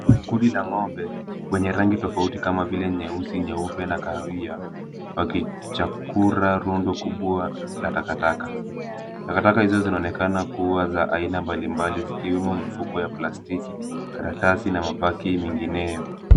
Kundi la ng'ombe wenye rangi tofauti kama vile nyeusi, nyeupe na kahawia, wakichakura rundo kubwa la takataka. Takataka hizo zinaonekana kuwa za aina mbalimbali zikiwemo mifuko ya plastiki, karatasi na mabaki mengineyo.